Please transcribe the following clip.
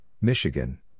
Michigan